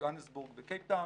יוהנסבורג וקייפטאון